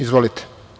Izvolite.